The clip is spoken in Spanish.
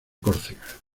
córcega